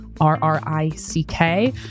R-R-I-C-K